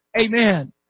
amen